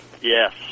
Yes